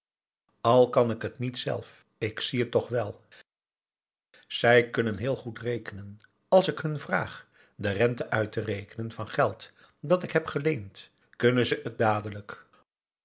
kan ik het niet zelf ik zie het toch wel zij kunnen heel goed rekenen als ik hun vraag de rente uit te rekenen van geld dat ik heb geleend kunnen ze het dadelijk